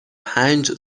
پنج